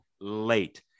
late